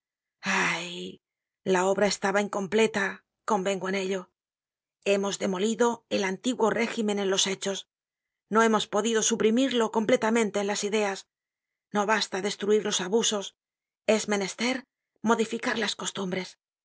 ay la obra estaba incompleta convengo en ello hemos demolido el antiguo régimen en los hechos no hemos podido suprimirlo completamente en las ideas no basta destruir los abusos es menester modificar las costumbres